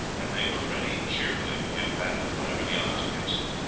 and they were ready cheerfully to give battle whatever the odds against them.